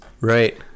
Right